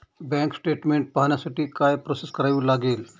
Bank statement पाहण्यासाठी काय process करावी लागेल?